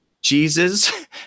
Jesus